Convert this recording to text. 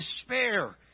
despair